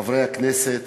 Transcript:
חברי הכנסת,